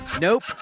Nope